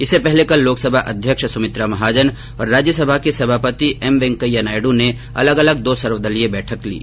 इससे पहले कल लोकसभा अध्यक्ष सुमित्रा महाजन और राज्यसभा के सभापति एम वेंकैया नायडू ने अलग अलग दो सर्वदलीय बैठकें कीं